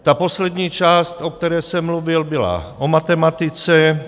Ta poslední část, o které jsem mluvil, byla o matematice.